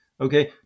Okay